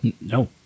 No